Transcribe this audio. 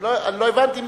אני לא הבנתי.